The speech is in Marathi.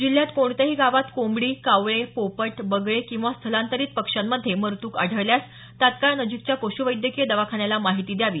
जिल्ह्यात कोणत्याही गावांत कोंबडी कावळे पोपट बगळे किंवा स्थलांतरीत पक्ष्यांमध्ये मरत्क आढळल्यास तत्काळ नजीकच्या पशुवैद्यकीय दवाखान्याला माहिती द्यावी